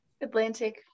Atlantic